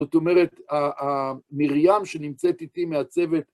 זאת אומרת, המרים שנמצאת איתי מהצוות,